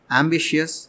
ambitious